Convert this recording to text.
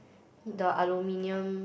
the aluminium